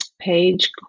page